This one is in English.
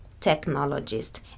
Technologist